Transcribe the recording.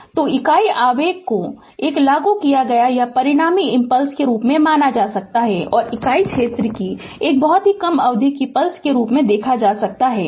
Refer Slide Time 0525 तो इकाई आवेग को एक लागू किय गया या परिणामी इम्पल्स के रूप में माना जा सकता है और इकाई क्षेत्र की एक बहुत ही कम अवधि की पल्स के रूप में देखा जा सकता है